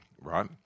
Right